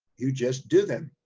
you just do them,